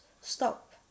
stop